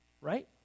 right